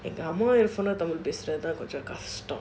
tamil தூய:thooya tamil பேசுறது கொஞ்சம் கஷ்டம்:pesurathu konjam kashtam